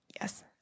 Yes